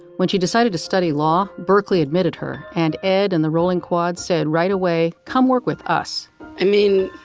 when she decided to study law, berkeley admitted her. and ed and the rolling quads said, right away come work with us i mean,